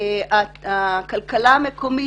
הכלכלה המקומית,